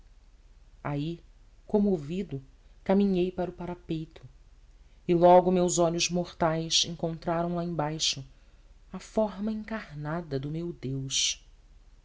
aí comovido caminhei para o parapeito e logo os meus olhos mortais encontraram lá embaixo a forma encarnada do meu deus